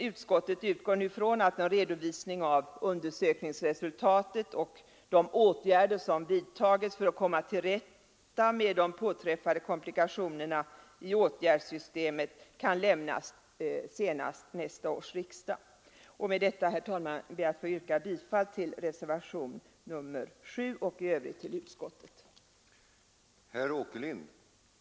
Utskottet utgår från att en redovisning av undersökningsresultatet och de åtgärder som vidtagits för att komma till rätta med de påträffade komplikationerna i åtgärdssystemet kan lämnas senast nästa års riksdag. Herr talman! Med detta ber jag att yrka bifall till reservationen 7 och i övrigt till utskottets hemställan.